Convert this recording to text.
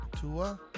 Tua